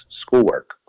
schoolwork